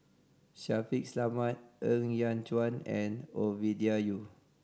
Shaffiq Selamat Ng Yat Chuan and Ovidia Yu